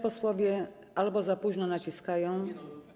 Posłowie albo za późno naciskają.